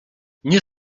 nie